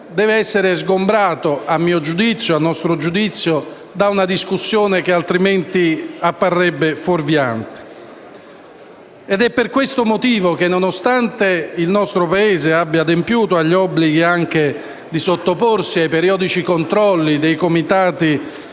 deve essere rimossa, a nostro giudizio, da una discussione che altrimenti apparirebbe fuorviante. È per questo motivo che, nonostante il nostro Paese abbia adempiuto agli obblighi di sottoporsi ai periodici controlli dei comitati